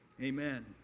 amen